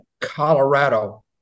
Colorado